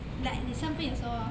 like 你生病的时候 hor